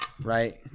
right